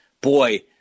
boy